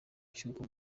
cy’uko